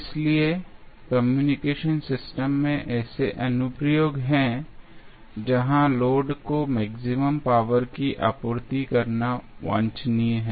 इसलिए communication system में ऐसे अनुप्रयोग हैं जहां लोड को मैक्सिमम पावर की आपूर्ति करना वांछनीय है